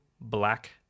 black